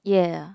ya